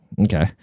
okay